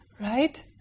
right